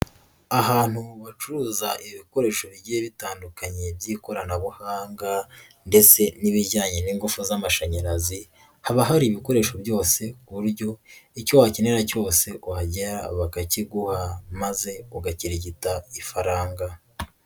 Ahantu bacuruza ibikoresho bigiye bitandukanye by'ikoranabuhanga ndetse n'ibijyanye n'ingufu z'amashanyarazi, haba hari ibikoresho byose ku buryo icyo wakenera cyose wahagera bakakiguha maze ugakirigita ifaranga.